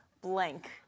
blank